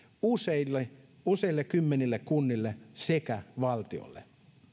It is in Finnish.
useille useille kymmenille kunnille sekä valtiolle